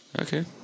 Okay